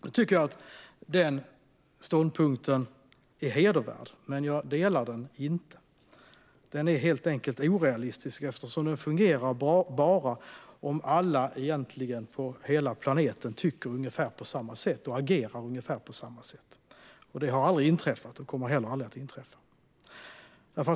Jag tycker att den ståndpunkten är hedervärd, men jag delar den inte. Den är helt enkelt orealistisk eftersom den bara fungerar om alla på hela planeten tycker och agerar på ungefär samma sätt. Det har aldrig inträffat och kommer heller aldrig att inträffa.